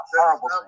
horrible